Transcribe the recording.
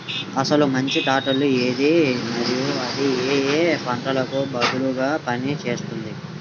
అసలు మంచి ట్రాక్టర్ ఏది మరియు అది ఏ ఏ పంటలకు బాగా పని చేస్తుంది?